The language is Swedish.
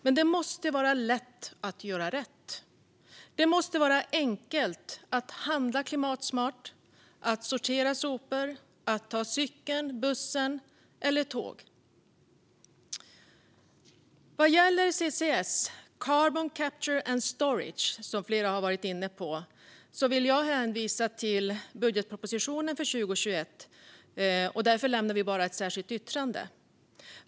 Men det måste vara lätt att göra rätt. Det måste vara enkelt att handla klimatsmart, sortera sopor och ta cykeln, bussen eller tåget. Vad gäller CCS, carbon capture and storage, som flera har varit inne på, vill jag hänvisa till budgetpropositionen för 2021, och därför lämnar vi bara ett särskilt yttrande.